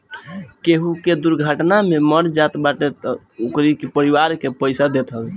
केहू के दुर्घटना में मर जात बाटे तअ इ ओकरी परिवार के पईसा देत हवे